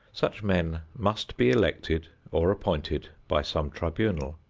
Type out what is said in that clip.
such men must be elected or appointed by some tribunal.